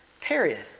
Period